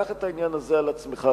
קח את העניין הזה על עצמך,